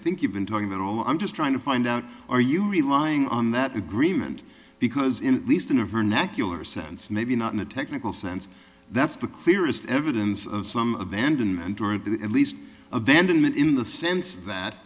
think you've been talking about all i'm just trying to find out are you relying on that agreement because in least in a vernacular sense maybe not in a technical sense that's the clearest evidence of some abandonment or a bit at least abandonment in the sense that